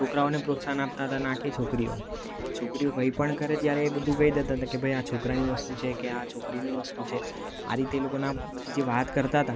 છોકરાઓને પ્રોત્સાહન આપતા હતા ના કે છોકરીઓને છોકરીઓ કંઈ પણ કરે ત્યારે એ બધું કહી દેતા હતા કે ભાઈ આ છોકરાની વસ્તુ છે કે આ છોકરીની વસ્તુ છે આ રીતે એ લોકોના જે બધી વાત કરતા હતા